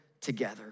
together